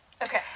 Okay